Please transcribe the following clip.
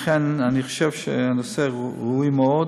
לכן, אני חושב שהנושא ראוי מאוד,